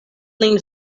lin